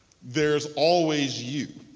there's always you.